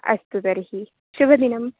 अस्तु तर्हि शुभदिनम्